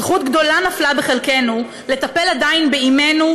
זכות גדולה נפלה בחלקנו לטפל עדיין באימנו,